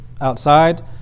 outside